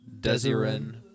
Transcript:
Desirin